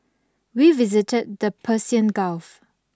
we visited the Persian Gulf